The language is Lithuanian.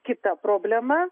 kita problema